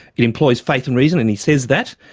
it employs faith and reason and he says that.